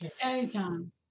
Anytime